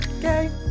gay